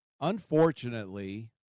unfortunately